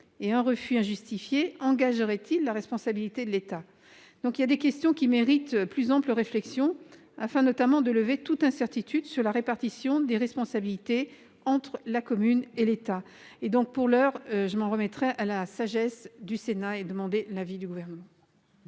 ? Un refus injustifié engagerait-il la responsabilité de l'État ? Cet amendement pose donc des questions qui méritent plus ample réflexion afin, notamment, de lever toute incertitude sur la répartition des responsabilités entre la commune et l'État. Aussi, pour l'heure, je m'en remets à la sagesse du Sénat et je demande l'avis du Gouvernement.